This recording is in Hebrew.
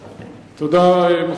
תודה.